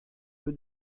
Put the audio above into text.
peu